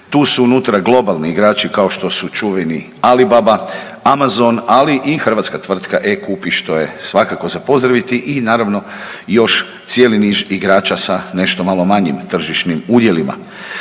Tu su unutra globalni igrači kao što su čuveni Alibaba, Amazon, ali i hrvatska tvrtka e-kupi što je svakako za pozdraviti i naravno još cijeli niz igrača sa nešto malo manjim tržišnim udjelima.